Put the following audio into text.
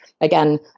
again